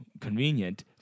convenient